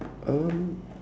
um